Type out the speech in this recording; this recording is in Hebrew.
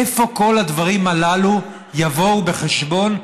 איפה כל הדברים הללו יבואו בחשבון,